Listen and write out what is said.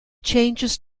changes